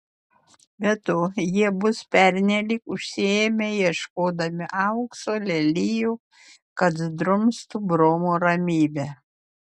be to jie bus pernelyg užsiėmę ieškodami aukso lelijų kad drumstų bromo ramybę